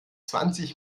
zwanzig